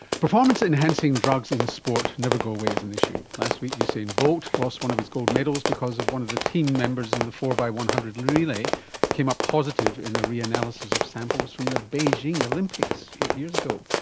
performance enhancing drugs in sport never go away as an issue. last week usain bolt lost one of his gold medals because of one of the team members in the four x one hundred relay came up positive in a reanalysis of samples from the beijing olympics eight years ago.